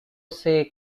say